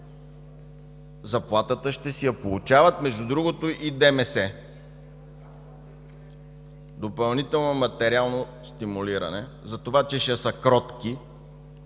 Заплатата ще си я получават, между другото, и ДМС – допълнително материално стимулиране, затова че ще са кротки,